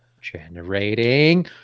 generating